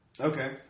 Okay